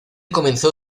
comenzó